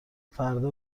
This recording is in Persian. فردا